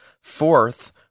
Fourth